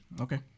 Okay